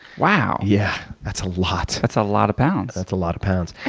wow. yeah, that's a lot. that's a lot of pounds. that's a lot of pounds.